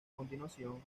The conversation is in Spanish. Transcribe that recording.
continuación